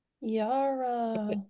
Yara